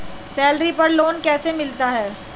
Salary पर loan कैसे मिलता है?